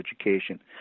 education